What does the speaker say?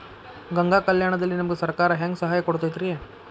ಗಂಗಾ ಕಲ್ಯಾಣ ದಲ್ಲಿ ನಮಗೆ ಸರಕಾರ ಹೆಂಗ್ ಸಹಾಯ ಕೊಡುತೈತ್ರಿ?